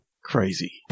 Crazy